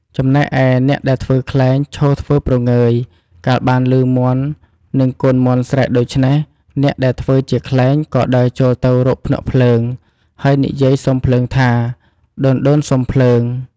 ចំណែកឯ អ្នកដែលធ្វើខ្លែង ឈរធ្វើព្រងើយ កាលបានឮមាន់និងកូនមាន់ស្រែកដូច្នេះ អ្នកដែលធ្វើជាខ្លែងក៏ដើរចូលទៅរកភ្នក់ភ្លើង ហើយនិយាយសុំភ្លើងថា «ដូនៗសុំភ្លើង!»។